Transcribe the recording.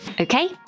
Okay